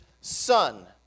son